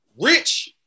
Rich